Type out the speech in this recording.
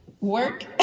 work